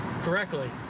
correctly